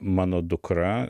mano dukra